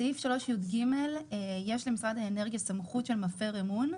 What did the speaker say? בסעיף 3יג יש למשרד האנרגיה סמכות של מפר אמון,